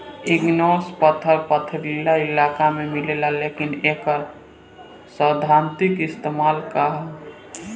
Igneous पत्थर पथरीली इलाका में मिलेला लेकिन एकर सैद्धांतिक इस्तेमाल का ह?